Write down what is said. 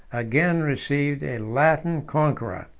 again received a latin conqueror,